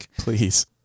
Please